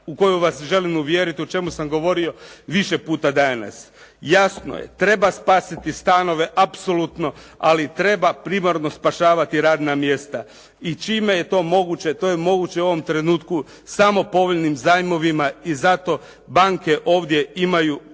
u koju vas želim uvjeriti o čemu sam govorio više puta danas. Jasno je, treba spasiti stanove apsolutno, ali treba primarno spašavati radna mjesta. I čime je to moguće? To je moguće u ovom trenutku samo povoljnim zajmovima i zato banke ovdje imaju presudnu